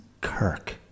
Kirk